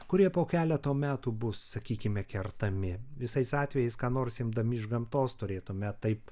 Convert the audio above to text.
kurie po keleto metų bus sakykime kertami visais atvejais nors imdami iš gamtos turėtume taip